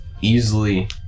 easily